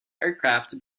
aircraft